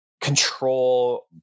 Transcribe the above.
control